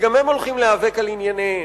וגם הם הולכים להיאבק על ענייניהם,